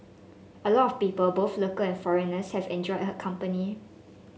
a lot of people both local and foreigners have enjoyed her company